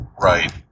Right